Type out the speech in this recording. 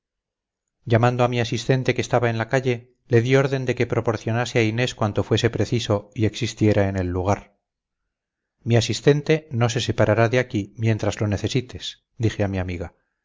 llamando a mi asistente que estaba en la calle le di orden de que proporcionase a inés cuanto fuese preciso y existiera en el lugar mi asistente no se separará de aquí mientras lo necesites dije a mi amiga